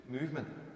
movement